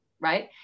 right